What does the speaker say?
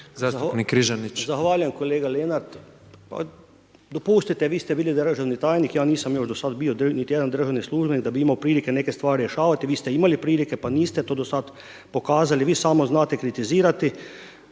Zahvaljujem kolega Lenart. Dopustite, vi ste bili državni tajnik, ja nisam još do sada bio niti jedan državni službenik da bi imao prilike neke stvari rješavati, vi ste imali prilike, pa niste to do sad imali prilike pokazali. Vi samo znate kritizirati,